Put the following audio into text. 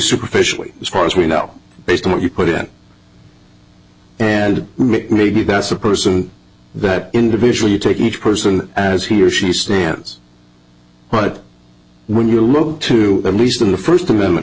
superficially as far as we know based on what you put in and maybe that's a person that individual you take each person as he or she stands but when you look to at least in the first amendment